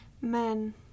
Men